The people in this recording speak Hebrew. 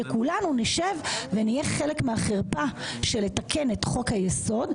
שכולנו נשב ונהיה חלק מהחרפה בתיקון חוק היסוד,